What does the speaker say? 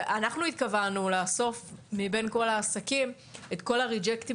אנחנו קבענו לאסוף מבין כל העסקים את כל הריג'קטים